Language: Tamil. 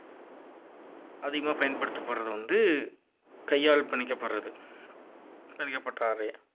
அதிகமாக பயன்படுத்தப்படுறது வந்து கையால் பிணைக்கப்படுறது பிணைக்கப்பட்ட ஆடையை